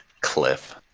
Cliff